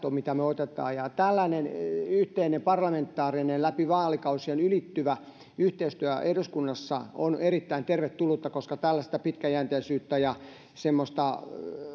ovat mitä me otamme tällainen yhteinen läpi vaalikausien ylittyvä parlamentaarinen yhteistyö eduskunnassa on erittäin tervetullutta koska tällä sitä pitkäjänteisyyttä ja semmoista